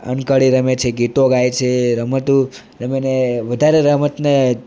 અંકળી રમે છે ગીતો ગાય છે રમતું રમીને વધારે રમતને